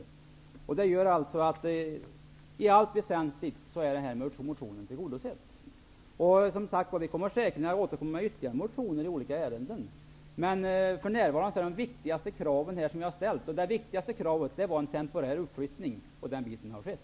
Detta medför att motionen i allt väsentligt är tillgodosedd. Vi kommer säkert att återkomma med ytterligare motioner i olika ärenden. För närvarande har det viktigaste kravet tillgodosetts, nämligen en temporär uppflyttning. Detta har skett.